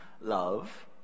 Love